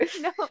No